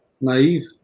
naive